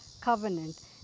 covenant